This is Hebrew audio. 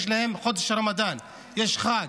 יש להם חודש רמדאן, יש חג.